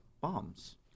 bombs